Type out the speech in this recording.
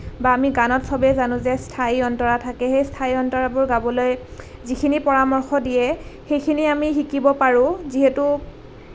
বা আমি গানত সবেই জানো যে স্থায়ী অন্তৰা থাকে সেই স্থায়ী অন্তৰাবোৰ গাবলৈ যিখিনি পৰামৰ্শ দিয়ে সেইখিনি আমি শিকিব পাৰোঁ যিহেতু